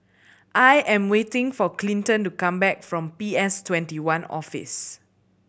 I am waiting for Clinton to come back from P S Twenty one Office